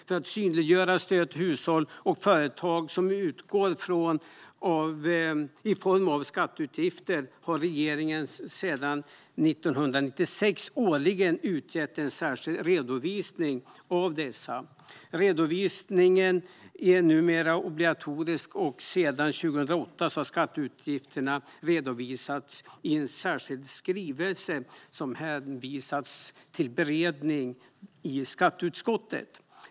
För att synliggöra de stöd till hushåll och företag som utgår i form av skatteutgifter har regeringen sedan 1996 årligen utgett en särskild redovisning av dessa. Redovisningen är numera obligatorisk. Sedan 2008 har skatteutgifterna redovisats i en särskild skrivelse som hänvisats för beredning i skatteutskottet.